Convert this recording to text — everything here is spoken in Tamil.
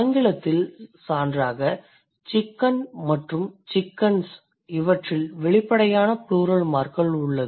ஆங்கிலத்தில் சான்றாக chicken மற்றும் chickens இவற்றில் வெளிப்படையான ப்ளூரல் மார்க்கர் உள்ளது